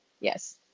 yes